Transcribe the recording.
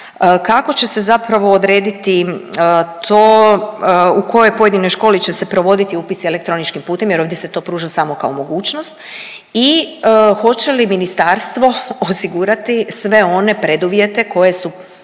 kako će se zapravo odrediti to u kojoj pojedinoj školi će se provoditi upisi elektroničkim putem, jer ovdje se to pruža samo kao mogućnost. I hoće li ministarstvo osigurati sve one preduvjete koji su